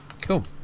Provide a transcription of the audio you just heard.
Cool